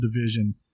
division